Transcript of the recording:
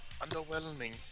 underwhelming